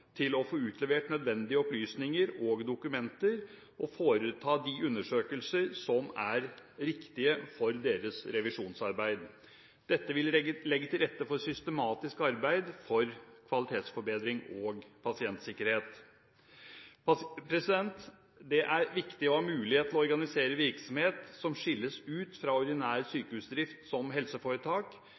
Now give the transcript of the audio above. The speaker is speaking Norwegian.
til å få utlevert nødvendige opplysninger og dokumenter og foreta de undersøkelser som er riktige for deres revisjonsarbeid. Dette vil legge til rette for systematisk arbeid for kvalitetsforbedring og pasientsikkerhet. Det er viktig å ha mulighet til å organisere virksomhet som skilles ut fra ordinær sykehusdrift som helseforetak.